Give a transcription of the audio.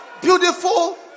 beautiful